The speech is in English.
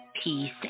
Peace